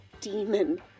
demon